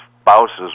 spouses